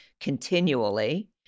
continually